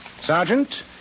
Sergeant